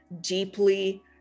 deeply